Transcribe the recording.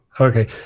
Okay